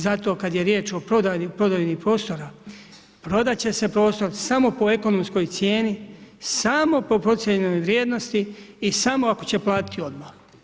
Zato kad je riječ o prodaji prodajnih prostora, prodat će se prostor samo po ekonomskoj cijeni, samo po procijenjenoj vrijednosti i samo ako će platiti odmah.